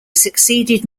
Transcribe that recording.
succeeded